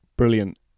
Brilliant